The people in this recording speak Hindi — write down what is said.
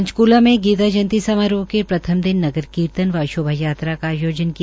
पंचक्ला में गीता जयंती समारोह मे प्रथम दिन नगर कीर्तन व शोभायात्रा का आयोजन किया